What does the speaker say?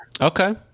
Okay